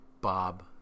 Bob